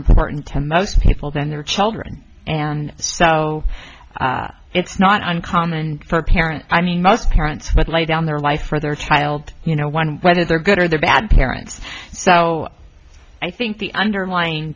important to most people than their children and so it's not uncommon for a parent i mean most parents would lay down their life for their child you know one whether they're good or they're bad parents so i think the underlying